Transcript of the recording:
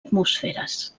atmosferes